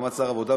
בהסכמת שר העבודה,